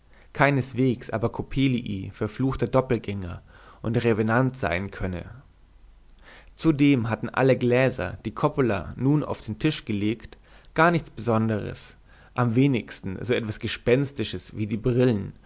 keineswegs aber coppelii verfluchter doppeltgänger und revenant sein könne zudem hatten alle gläser die coppola nun auf den tisch gelegt gar nichts besonderes am wenigsten so etwas gespenstisches wie die brillen